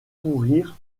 pourrir